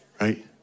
right